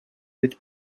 with